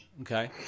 Okay